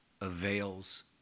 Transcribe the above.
avails